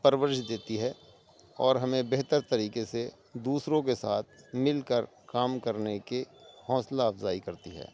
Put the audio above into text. پرورش دیتی ہے اور ہمیں بہتر طریقے سے دوسروں کے ساتھ مل کر کام کرنے کی حوصلہ افزائی کرتی ہے